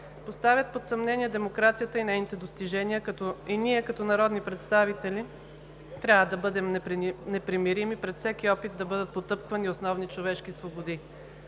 поставят под съмнение демокрацията и нейните достижения и ние като народни представители трябва да бъдем непримирими пред всеки опит да бъдат потъпквани основни човешки свободи.